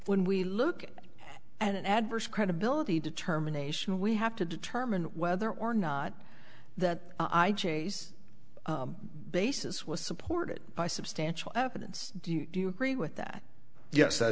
when we look at an adverse credibility determination we have to determine whether or not that i chase basis was supported by substantial evidence do you agree with that ye